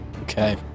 Okay